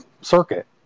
circuit